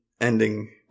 ending